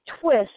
twist